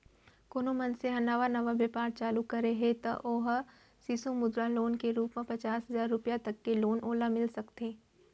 कोनो मनसे ह नवा नवा बेपार चालू करे हे त ओ ह सिसु मुद्रा लोन के रुप म पचास हजार रुपया तक के लोन ओला मिल सकथे